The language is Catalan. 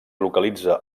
localitza